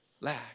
lack